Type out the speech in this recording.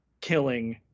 killing